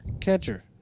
catcher